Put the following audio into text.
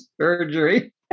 surgery